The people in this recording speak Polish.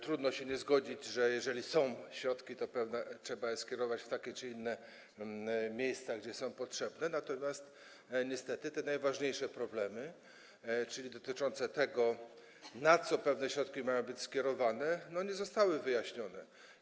Trudno się nie zgodzić, że jeżeli są środki, to pewnie trzeba je skierować w takie czy inne miejsca, gdzie są potrzebne, natomiast niestety jeśli chodzi o te najważniejsze problemy, czyli dotyczące tego, na co pewne środki mają być skierowane, nie zostało to wyjaśnione.